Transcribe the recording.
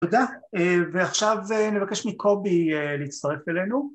תודה. ועכשיו נבקש מקובי להצטרף אלינו